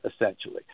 essentially